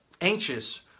anxious